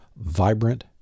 vibrant